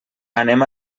anem